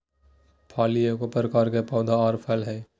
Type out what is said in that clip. फली एगो प्रकार के पौधा आर फल हइ